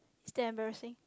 is that embarrassing